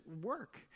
work